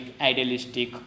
idealistic